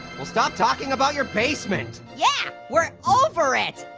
we'll stop talking about your basement. yeah, we're over it.